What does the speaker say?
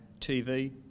TV